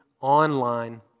online